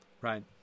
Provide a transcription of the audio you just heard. Right